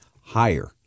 higher